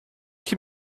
qui